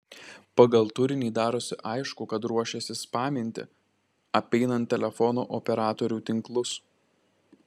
pagal turinį darosi aišku kad ruošiasi spaminti apeinant telefono operatorių tinklus